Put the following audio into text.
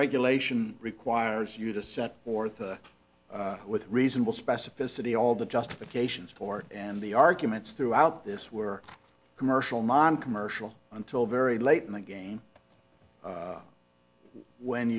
regulation requires you to set forth with reasonable specificity all the justifications for it and the arguments throughout this were commercial noncommercial until very late in the game when